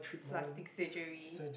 plastic surgery